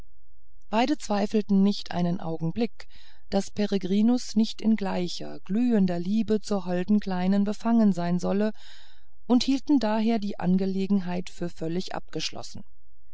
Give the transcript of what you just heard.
beide zweifelten nicht einen augenblick daß peregrinus nicht in gleicher glühender liebe zur holden kleinen befangen sein solle und hielten daher die angelegenheit für völlig abgeschlossen